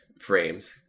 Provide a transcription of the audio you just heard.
frames